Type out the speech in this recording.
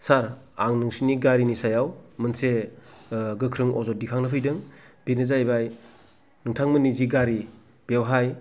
सार आं नोंसोरनि गारिनि सायाव मोनसे गोख्रों अजद दिखांनो फैदों बेनो जाहैबाय नोंथांमोननि जि गारि बेवहाय